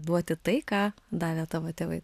duoti tai ką davė tavo tėvai